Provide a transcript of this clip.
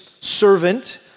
servant